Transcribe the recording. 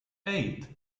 eight